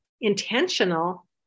intentional